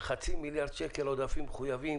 חצי מיליארד שקל עודפים מחויבים,